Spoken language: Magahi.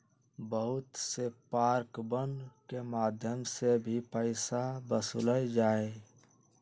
बहुत से पार्कवन के मध्यम से भी पैसा वसूल्ल जाहई